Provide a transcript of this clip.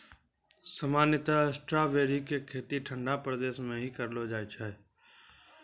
सामान्यतया स्ट्राबेरी के खेती ठंडा प्रदेश मॅ ही करलो जाय छै